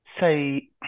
say